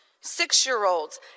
six-year-olds